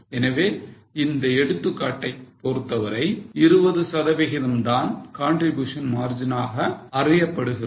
எனவே இந்த எடுத்துக்காட்டை பொறுத்தவரை 20 சதவிகிதம் தான் contribution margin ஆக அறியப்படுகிறது